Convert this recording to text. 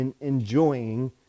enjoying